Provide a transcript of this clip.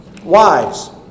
Wives